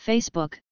Facebook